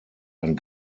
ein